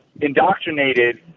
indoctrinated